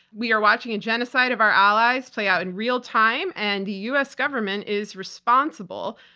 we are watching a genocide of our allies play out in real time, and the u. s. government is responsible.